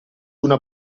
una